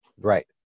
Right